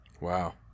Wow